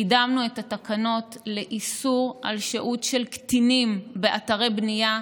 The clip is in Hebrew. קידמנו את התקנות לאיסור שהות של קטינים באתרי בנייה,